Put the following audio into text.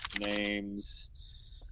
names